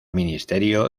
ministerio